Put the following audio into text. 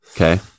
Okay